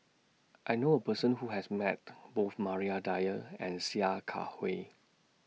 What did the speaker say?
I knew A Person Who has Met Both Maria Dyer and Sia Kah Hui